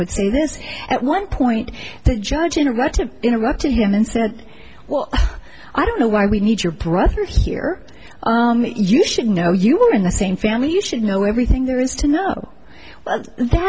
this at one point the judge in a right to interrupted him and said well i don't know why we need your brother here you should know you were in the same family you should know everything there is to know that